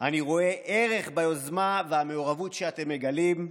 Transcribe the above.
אני רואה ערך ביוזמה ובמעורבות שאתם מגלים,